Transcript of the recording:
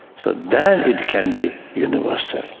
so then it can be universal.